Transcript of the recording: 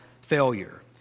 failure